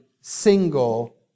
single